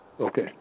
Okay